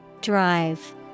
Drive